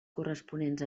corresponents